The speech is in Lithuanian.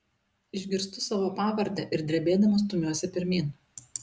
išgirstu savo pavardę ir drebėdama stumiuosi pirmyn